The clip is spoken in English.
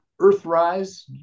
Earthrise